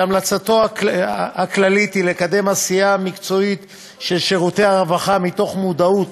שהמלצתו הכללית היא לקדם עשייה מקצועית של שירותי הרווחה מתוך מודעות